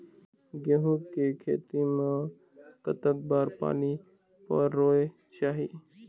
गेहूं के खेती मा कतक बार पानी परोए चाही?